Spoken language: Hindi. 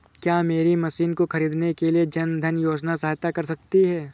क्या मेरी मशीन को ख़रीदने के लिए जन धन योजना सहायता कर सकती है?